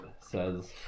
says